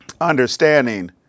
Understanding